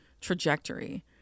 trajectory